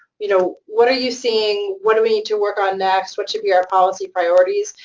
you know, what are you seeing? what do we need to work on next? what should be our policy priorities?